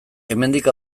hemendik